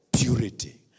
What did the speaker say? purity